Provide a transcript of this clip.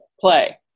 play